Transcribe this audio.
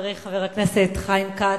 חברי חבר הכנסת חיים כץ,